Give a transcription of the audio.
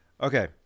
Okay